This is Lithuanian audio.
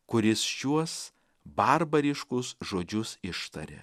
kuris šiuos barbariškus žodžius ištarė